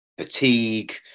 fatigue